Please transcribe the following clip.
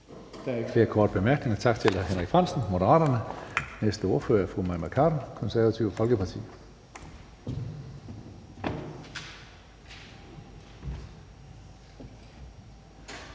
Der er ikke flere korte bemærkninger. Tak til hr. Henrik Frandsen, Moderaterne. Den næste ordfører er fru Mai Mercado, Det Konservative Folkeparti.